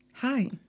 Hi